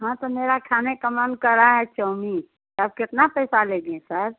हाँ तो मेरा खाने का मन कर रहा है चाऊमीन तो आप कितना पैसा लेंगे सर